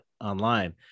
online